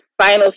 final